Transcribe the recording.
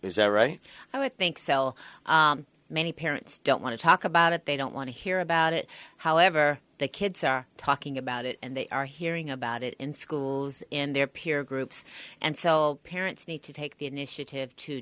parents right i would think sell many parents don't want to talk about it they don't want to hear about it however the kids are talking about it and they are hearing about it in schools in their peer groups and so parents need to take the initiative to